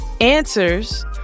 answers